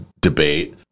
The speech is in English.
debate